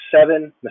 seven